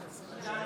נתקבלה.